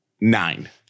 Nine